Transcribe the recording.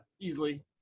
easily